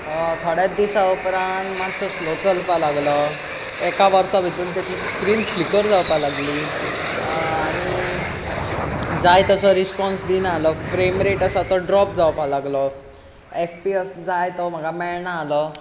थोड्याच दिसा उपरांत मात्सो स्लो चलपाक लागलो एका वर्सा भितून तेची स्क्रीन फ्लिकर जावपाक लागली आनी जाय तसो रिसपॉन्स दिना आलो फ्रेम रेट आसा तो ड्रॉप जावपाक लागलो एफपीएस जाय तो म्हाका मेळना आलो